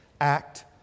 act